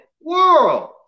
world